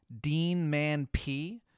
DeanManP